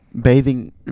bathing